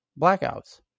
blackouts